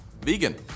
vegan